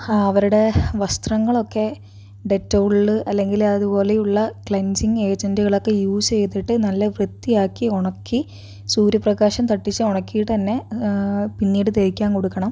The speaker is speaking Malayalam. ആ അവരുടെ വസ്ത്രങ്ങൾ ഒക്കെ ഡെറ്റോൾ അല്ലെങ്കിൽ അതുപോലുള്ള ക്ലീൻസിങ് ഏജൻറ്റുകൾ ഒക്കെ യൂസ് ചെയ്തിട്ട് നല്ല വൃത്തിയാക്കി ഉണക്കി സൂര്യ പ്രകാശം തട്ടിച്ച് ഉണക്കിട്ട് തന്നെ പിന്നീട് തേക്കാൻ കൊടുക്കണം